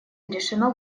решено